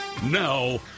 Now